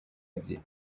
ebyiri